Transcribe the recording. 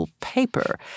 paper